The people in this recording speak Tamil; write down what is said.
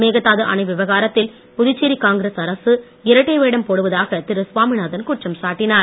மேகதாது அணை விவகாரத்தில் புதுச்சேரி காங்கிரஸ் அரசு இரட்டை வேடம் போடுவதாக திரு சாமிநாதன் குற்றம் சாட்டினார்